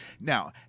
Now